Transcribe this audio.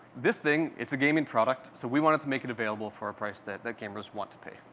this thing, it's a gaming product, so we wanted to make it available for a price that that gamers want to pay.